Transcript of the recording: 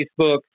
Facebook